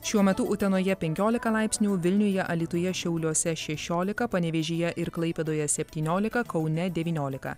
šiuo metu utenoje penkiolika laipsnių vilniuje alytuje šiauliuose šešiolika panevėžyje ir klaipėdoje septyniolika kaune devyniolika